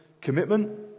commitment